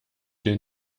dir